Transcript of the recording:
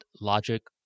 logic